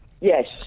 Yes